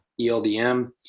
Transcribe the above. ELDM